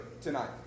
tonight